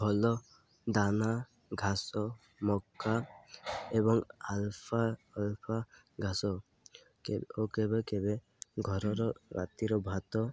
ଭଲ ଦାନା ଘାସ ମକା ଏବଂ ଆଲଫା ଘାସ ଓ କେବେ କେବେ ଘରର ରାତିର ଭାତ